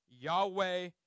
Yahweh